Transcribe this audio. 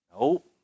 Nope